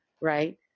right